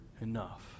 enough